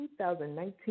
2019